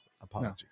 apology